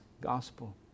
gospel